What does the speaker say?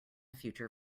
future